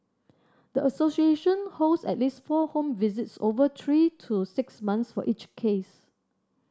the association holds at least four home visits over three to six months for each case